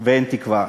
ואין תקווה.